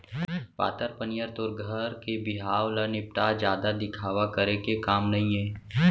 पातर पनियर तोर घर के बिहाव ल निपटा, जादा दिखावा करे के काम नइये